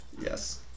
yes